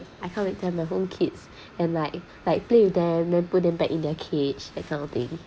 I can't wait to have my own kids and like like play with them and put them back in their cage that kind of thing